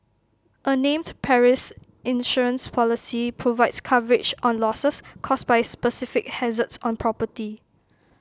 A named Perils Insurance Policy provides coverage on losses caused by specific hazards on property